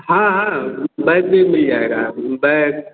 हाँ हाँ बैग भी मिल जाएगा बैग